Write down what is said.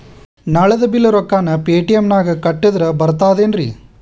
ನಳದ್ ಬಿಲ್ ರೊಕ್ಕನಾ ಪೇಟಿಎಂ ನಾಗ ಕಟ್ಟದ್ರೆ ಬರ್ತಾದೇನ್ರಿ?